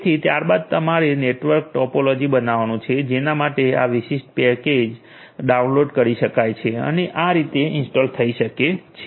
તેથી ત્યારબાદ અમારે નેટવર્ક ટોપોલોજી બનાવવાનું છે જેના માટે આ વિશિષ્ટ પેકેજ ડાઉનલોડ કરી શકાય છે અને તે આ રીતે ઇન્સ્ટોલ થઈ શકે છે